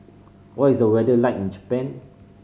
what is the weather like in Japan